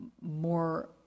more